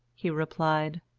he replied,